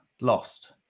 lost